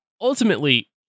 Ultimately